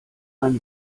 einen